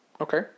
Okay